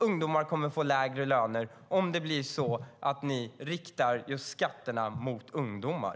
De kommer också att få lägre löner, om det blir så att ni riktar skatterna mot ungdomar.